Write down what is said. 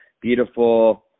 beautiful